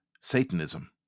Satanism